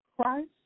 Christ